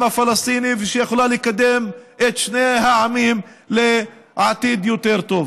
הפלסטיני ושיכולה לקדם את שני העמים לעתיד יותר טוב.